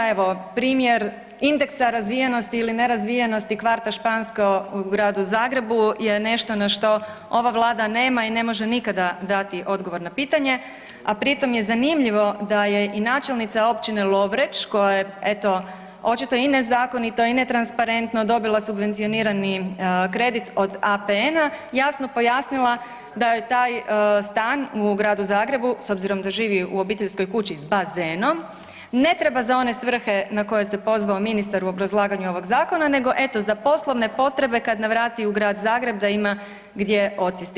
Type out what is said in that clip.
Evo, primjer indeksa razvijenosti ili nerazvijenosti kvarta Špansko u gradu Zagrebu je nešto na što ova Vlada nema i ne može nikada dati odgovor na pitanje, a pritom je zanimljivo da je i načelnica općina Lovreć koja je, eto, očito i nezakonito i netransparentno dobila subvencionirani kredit od APN-a, jasno pojasnila da joj taj stan u gradu Zagrebu, s obzirom da živi u obiteljskoj kući s bazenom, ne treba za one svrhe na koje se pozvao ministar u obrazlaganju ovog zakona, nego eto, za poslovne potrebe kad navrati u grad Zagreb, da ima gdje odsjesti.